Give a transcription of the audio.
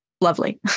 lovely